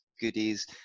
goodies